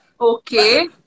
okay